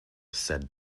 said